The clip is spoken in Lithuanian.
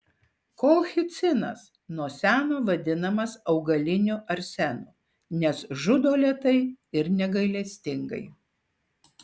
kolchicinas nuo seno vadinamas augaliniu arsenu nes žudo lėtai ir negailestingai